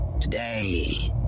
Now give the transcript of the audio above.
Today